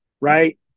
right